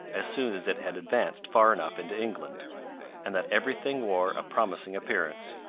as soon as it had advanced far enough into england and that every thing wore a promising appearance.